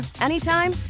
anytime